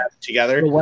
together